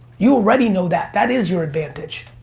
you already know that, that is your advantage.